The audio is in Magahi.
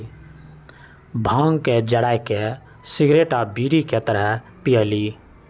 भांग के जरा के सिगरेट आ बीड़ी के तरह पिअईली